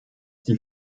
die